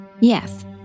Yes